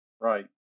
Right